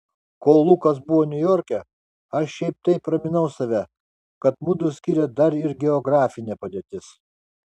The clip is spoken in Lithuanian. kol lukas buvo niujorke aš šiaip taip raminau save kad mudu skiria dar ir geografinė padėtis